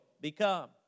become